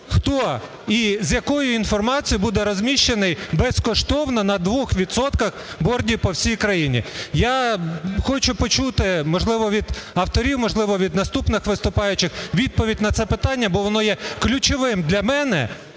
хто і з якою інформацією буде розміщений безкоштовно на двох відсотках бордів по всій країні. Я хочу почути, можливо, від авторів, можливо, від наступних виступаючих відповідь на це питання, бо воно є ключовим для мене